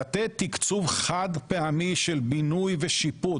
לתת תקצוב חד פעמי של בינוי ושיפוץ,